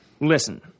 Listen